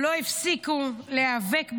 לא הפסיקו להיאבק בוועדות,